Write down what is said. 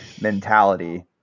mentality